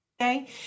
Okay